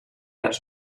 els